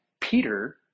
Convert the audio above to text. Peter